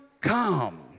come